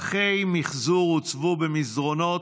פחי מחזור הוצבו במסדרונות,